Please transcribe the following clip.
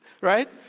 Right